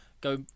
Go